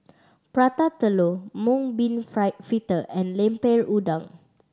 Prata Telur mung bean fried fritter and Lemper Udang